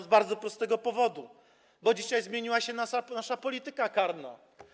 Z bardzo prostego powodu: bo dzisiaj zmieniła się nasza polityka karna.